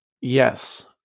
Yes